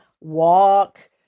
walk